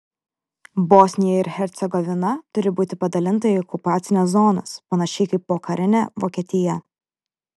bosnija ir hercegovina turi būti padalinta į okupacines zonas panašiai kaip pokarinė vokietija